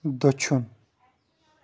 دٔچھُن